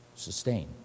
sustain